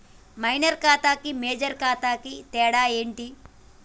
Minor ఖాతా కి major ఖాతా కి తేడా ఏంటి?